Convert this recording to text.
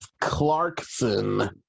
Clarkson